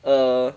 err